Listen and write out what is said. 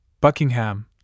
Buckingham